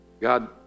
God